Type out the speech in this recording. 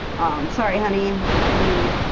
sorry, honey. i mean,